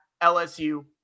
LSU